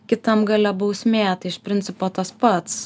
kitam gale bausmė tai iš principo tas pats